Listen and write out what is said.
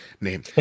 name